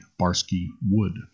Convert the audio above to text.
Barsky-Wood